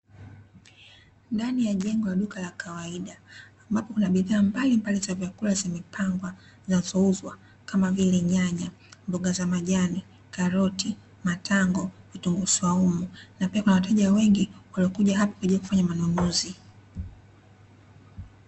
Ndani ya jengo la duka la kawaida, ambapo kuna bidhaa mbalimbali za vyakula zimepangwa, zinazouzwa kama vile; nyanya, mboga za majani, karoti, matango, vitunguu swaumu na pia kuna wateja wengi waliokuja hapo kwa ajili ya kufanya manunuzi.